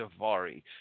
Davari